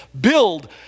build